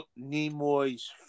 Nimoy's